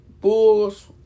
Bulls